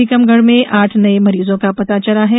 टीकमगढ़ में आठ नये मरीजों का पता चला है